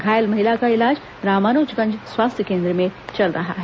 घायल महिला का इलाज रामानुजनगंज स्वास्थ्य केन्द्र में चल रहा है